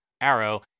Arrow